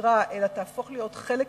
שבשגרה אלא תהפוך להיות חלק